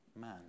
man